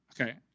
okay